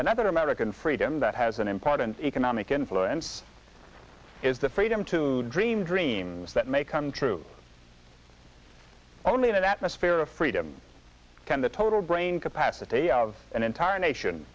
another american freedom that has an important economic influence is the freedom to dream dreams that may come true only in an atmosphere of freedom can the total brain capacity of an entire nation